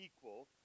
equal